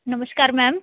ਨਮਸ਼ਕਾਰ ਮੈਮ